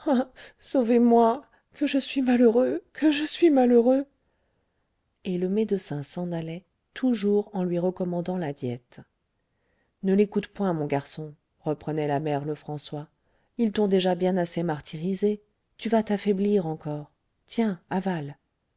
sauvez-moi que je suis malheureux que je suis malheureux et le médecin s'en allait toujours en lui recommandant la diète ne l'écoute point mon garçon reprenait la mère lefrançois ils t'ont déjà bien assez martyrisé tu vas t'affaiblir encore tiens avale